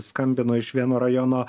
skambino iš vieno rajono